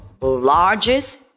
largest